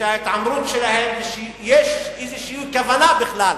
וההתעמרות שלהם, ויש איזו כוונה בכלל